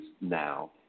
now